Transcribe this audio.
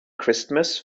christmas